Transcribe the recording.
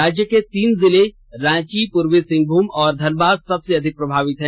राज्य के तीन जिले रांची पूर्वी सिंहभूम और धनबाद सबसे अधिक प्रभावित हैं